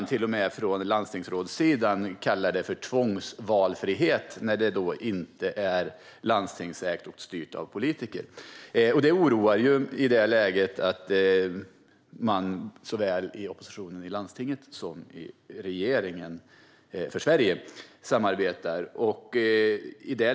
Till och med landstingsråd kallar det för tvångsvalfrihet när det inte är landstingsägt och styrt av politiker. Det oroar mig att man såväl i oppositionen i landstinget som i regeringen för Sverige samarbetar.